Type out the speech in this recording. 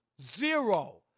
Zero